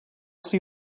see